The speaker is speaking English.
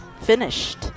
finished